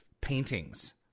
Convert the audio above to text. paintings